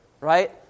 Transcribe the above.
right